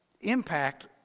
impact